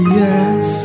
yes